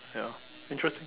ya interesting